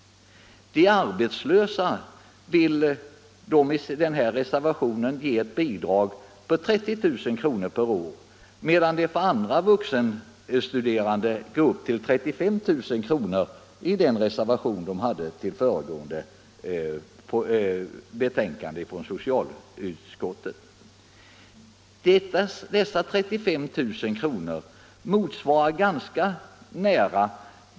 De arbetslösa vill kommunisterna, enligt reservationen 3, ge ett bidrag på 30 000 kr. per år, medan man för andra vuxenstuderande, enligt reservation vid föregående betänkande från socialförsäkringsutskottet, går upp till 35 000 kr. Dessa 35 000 kr.